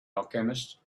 alchemist